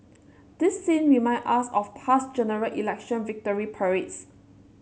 this scene remind us of past General Election victory parades